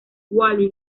wally